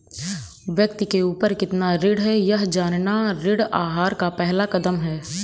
व्यक्ति के ऊपर कितना ऋण है यह जानना ऋण आहार का पहला कदम है